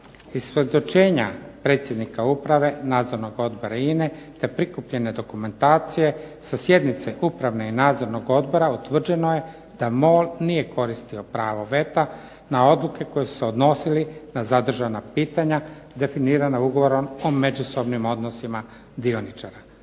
Iz svjedočenja predsjednika Uprave, Nadzornog odbora INA-e te prikupljene dokumentacije sa sjednice uprave i nadzornog odbora utvrđeno je da MOL nije koristio pravo veta na odluke koje su se odnosile na zadržana pitanja definirana ugovorom o međusobnim odnosima dioničara.